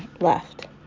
left